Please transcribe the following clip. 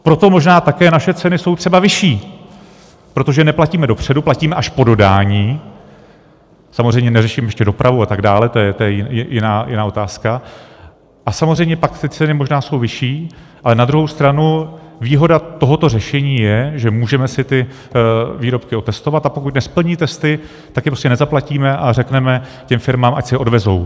Proto možná také naše ceny jsou třeba vyšší, protože neplatíme dopředu, platíme až po dodání, samozřejmě neřeším ještě dopravu a tak dále, to je jiná otázka, a samozřejmě pak ty ceny jsou vyšší, ale na druhou stranu výhoda tohoto řešení je, že si můžeme ty výrobky otestovat, a pokud nesplní testy, tak je prostě nezaplatíme a řekneme těm firmám, ať si je odvezou.